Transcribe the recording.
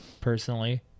personally